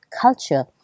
culture